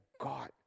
God